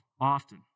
often